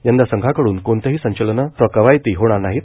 यंदा संघाकडून कोणतीही संचलने वा कवायती होणार नाहीत